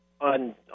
on